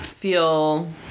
feel